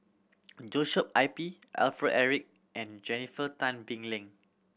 Joshua I P Alfred Eric and Jennifer Tan Bee Leng